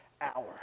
hour